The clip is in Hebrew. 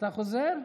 אתה חוזר?